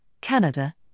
Canada